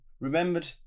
Remembered